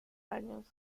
años